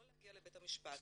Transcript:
לא להגיע לבית המשפט.